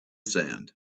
sand